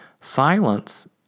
silence